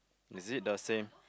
is it the same